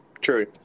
true